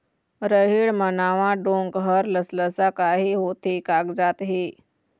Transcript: रहेड़ म नावा डोंक हर लसलसा काहे होथे कागजात हे?